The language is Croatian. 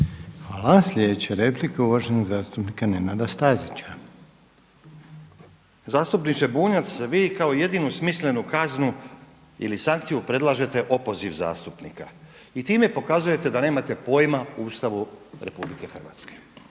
Hvala. Sljedeća replika je uvaženog zastupnika Nenada Stazića. **Stazić, Nenad (SDP)** Zastupniče Bunjac, vi kao jedinu smislenu kaznu ili sankciju predlažete opoziv zastupnika i time pokazujete da nemate pojma o Ustavu RH. Da ste